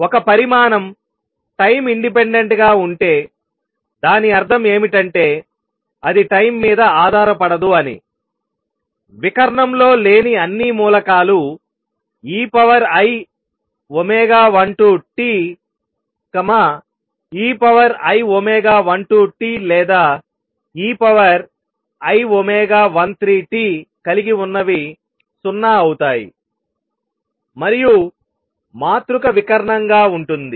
ఒక పరిమాణం time independent గా ఉంటే దాని అర్థం ఏమిటంటే అది టైం మీద ఆధారపడదు అని వికర్ణము లో లేని అన్నీ మూలకాలు ei12t ei12t లేదా ei13t కలిగి ఉన్నవి 0 అవుతాయి మరియు మాతృక వికర్ణంగా ఉంటుంది